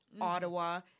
Ottawa